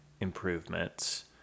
improvements